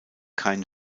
kein